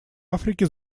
африки